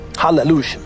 hallelujah